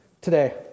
today